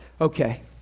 okay